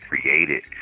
created